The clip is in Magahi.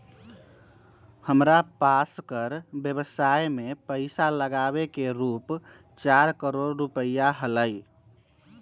हमरा पास कर व्ययवसाय में पैसा लागावे के रूप चार करोड़ रुपिया हलय